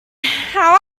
how